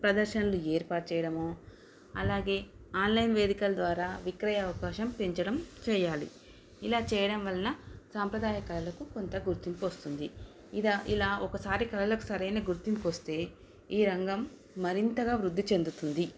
ప్రదర్శనలు ఏర్పాటు చేయడమ అలాగే ఆన్లైన్ వేదికాల ద్వారా విక్రయ అవకాశం పెంచడం చేయాలి ఇలా చేయడం వలన సాంప్రదాయ కళలకు కొంత గుర్తింపు వస్తుంది ఇలా ఇలా ఒకసారి కళలకు సరైన గుర్తింపు వస్తే ఈ రంగం మరింతగా వృద్ధి చెందుతుంది